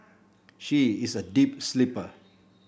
she is a deep sleeper